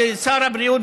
כשר הבריאות,